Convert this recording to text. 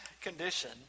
condition